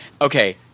Okay